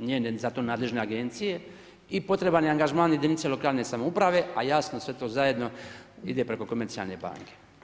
njene za to nadležne agencije i potreban je angažman jedinice lokalne samouprave, a jasno sve to zajedno ide preko komercijalne banke.